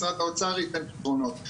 משרד האוצר יתן פתרונות.